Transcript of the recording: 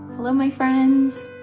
hello, my friends.